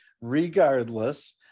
regardless